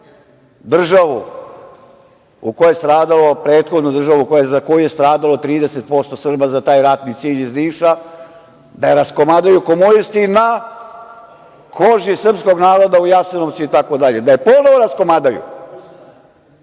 državu u kojoj je stradalo, prethodno državu za koju je stradalo 30% Srba za taj ratni cilj iz Niša, da je raskomadaju komunisti i na koži srpskog naroda u Jasenovcu i tako dalje, da je ponovo raskomadaju.